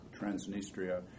Transnistria